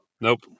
Nope